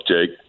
Jake